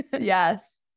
Yes